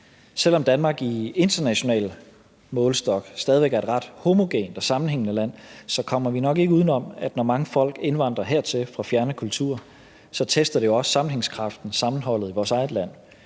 Selv om Danmark i international målestok stadig væk er et ret homogent og sammenhængende land, så kommer vi nok ikke uden om, at når mange folk indvandrer hertil fra fjerne kulturer, tester det også sammenhængskraften og sammenholdet i vores eget land.